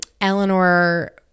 Eleanor